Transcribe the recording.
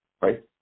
right